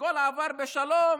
הכול עבר בשלום,